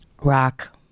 rock